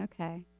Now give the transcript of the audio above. Okay